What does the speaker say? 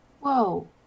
Whoa